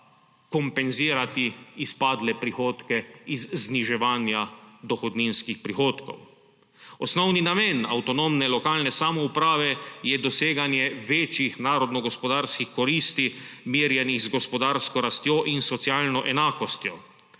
kompenzirati izpadle prihodke iz zniževanja dohodninskih prihodkov. Osnovni namen avtonomne lokalne samouprave je doseganje večjih narodnogospodarskih koristi, merjenih z gospodarsko rastjo in socialno enakostjo,